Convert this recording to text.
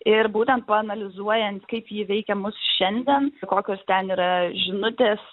ir būtent paanalizuojant kaip ji veikia mus šiandien kokios ten yra žinutės